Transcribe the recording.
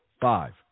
five